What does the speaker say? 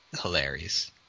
hilarious